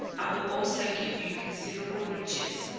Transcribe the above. i will also give you considerable riches.